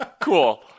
Cool